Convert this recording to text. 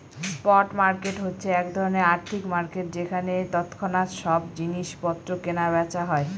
spot market হচ্ছে এক ধরনের আর্থিক মার্কেট যেখানে তৎক্ষণাৎ সব জিনিস পত্র কেনা বেচা হয়